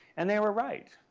and they were right.